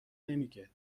نمیگه